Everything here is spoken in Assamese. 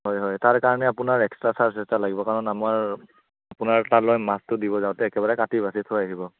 হয় হয় তাৰকাৰণে আপোনাৰ এক্সট্ৰা চাৰ্জ এটা লাগিব কাৰণ আমাৰ আপোনাৰ তালৈ মাছটো দিব যাওঁতে একেবাৰে কাটি বাছি থৈ আহিব